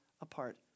apart